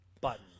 Button